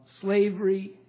Slavery